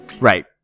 Right